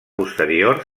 posterior